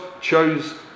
chose